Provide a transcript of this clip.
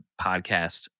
podcast